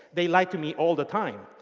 they lie to me all the time.